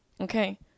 Okay